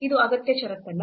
ಅದು ಅಗತ್ಯ ಷರತ್ತಲ್ಲ